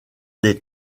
des